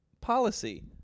policy